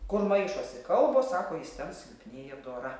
kur maišosi kalbos sako jis ten silpnėja dora